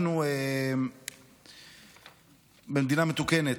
אנחנו במדינה מתוקנת,